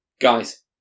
guys